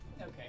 Okay